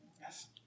Yes